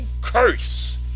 curse